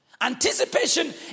Anticipation